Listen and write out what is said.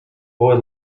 boy